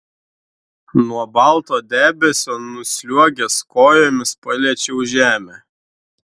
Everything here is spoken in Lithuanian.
nuo balto debesio nusliuogęs kojomis paliečiau žemę